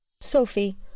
Sophie